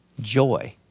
joy